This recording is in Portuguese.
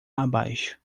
abaixo